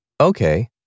Okay